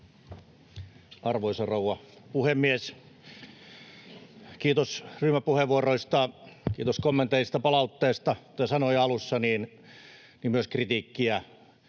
Arvoisa rouva puhemies! Kiitos ryhmäpuheenvuoroista, kiitos kommenteista ja palautteesta. Kuten sanoin alussa, niin myös kritiikkiä,